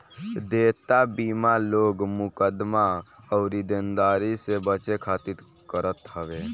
देयता बीमा लोग मुकदमा अउरी देनदारी से बचे खातिर करत हवे